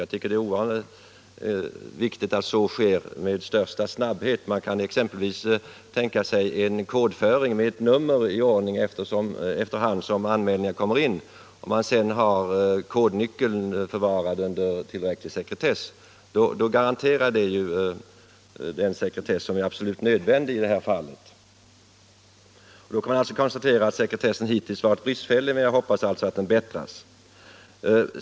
Jag tycker att det är viktigt att så sker med största snabbhet. Man kan tänka sig en kodifiering med nummer efter hand som anmälningarna kommer in. Om man sedan har kodnyckeln förvarad under tillräcklig sekretess, garanterar det den sekretess som är absolut nödvändig i det här fallet. Då kan man alltså konstatera att sekretessen hittills har varit bristfällig, men jag hoppas att den förbättras.